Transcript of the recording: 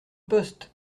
poste